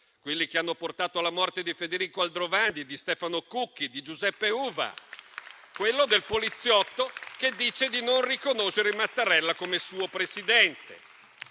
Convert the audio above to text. quelli che hanno portato alla morte di Federico Aldrovandi, di Stefano Cucchi e di Giuseppe Uva; quello del poliziotto che dice di non riconoscere Mattarella come suo Presidente.